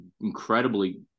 incredibly